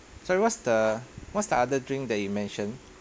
sorry what's the what's the other drink that you mention